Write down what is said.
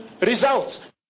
results